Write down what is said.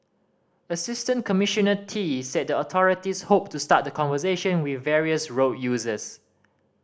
Assistant Commissioner Tee said the authorities hoped to start the conversation with various road users